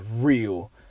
real